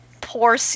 poor